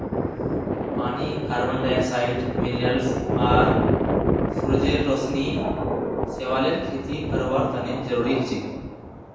पानी carbon dioxide mineral आर सूरजेर रोशनी शैवालेर खेती करवार तने जरुरी हछेक